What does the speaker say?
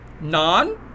non